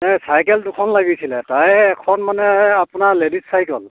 এই চাইকেল দুখন লাগিছিলে তাৰে এখন মানে আপোনাৰ লেডিজ চাইকেল